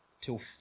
till